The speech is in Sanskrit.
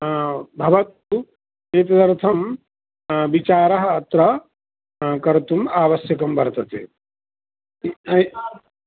भवतु एतदर्थं विचारः अत्र कर्तुम् आवश्यकं वर्तते